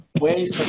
ways